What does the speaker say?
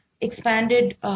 expanded